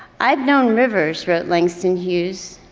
i've known rivers, wrote langston hughes,